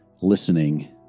listening